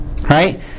right